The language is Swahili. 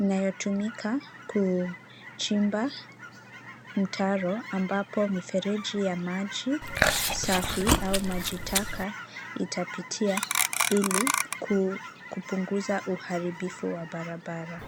inayotumika kuchimba mtaro ambapo mifereji ya maji safi au maji taka itapitia ili kupunguza uharibifu wa barabara.